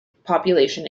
population